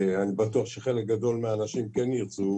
אני בטוח שחלק גדול מהאנשים כן ירצו